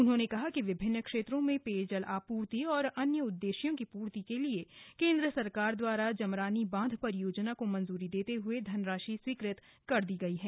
उन्होंने कहा कि विभिन्न क्षेत्रों में पेयजल आपूर्ति और अन्य उद्देश्यों की पूर्ति के लिए केन्द्र सरकार द्वारा जमरानी बांध परियोजना को मंजूरी देते हुए धनराशि स्वीकृत कर दी गयी है